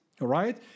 right